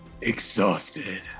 Exhausted